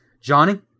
Johnny